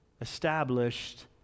established